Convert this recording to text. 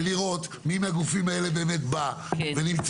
לעשות עבודה ולראות מי מהגופים האלה באמת בא ונמצא,